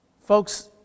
Folks